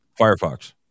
Firefox